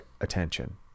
attention